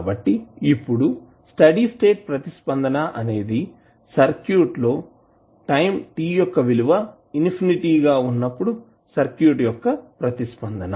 కాబట్టి ఇప్పుడు steady state ప్రతిస్పందన అనేది సర్క్యూట్ లో టైం t యొక్క విలువ ఇన్ఫినిటీ గా ఉన్నప్పుడు సర్క్యూట్ యొక్క ప్రతిస్పందన